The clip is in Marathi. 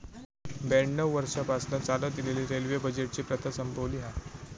ब्याण्णव वर्षांपासना चालत इलेली रेल्वे बजेटची प्रथा संपवली हा